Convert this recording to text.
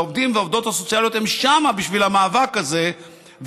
והעובדים והעובדות הסוציאליות שם בשביל המאבק הזה,